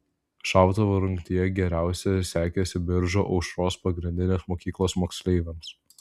šautuvo rungtyje geriausiai sekėsi biržų aušros pagrindinės mokyklos moksleiviams